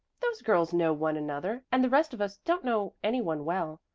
those girls know one another and the rest of us don't know any one well.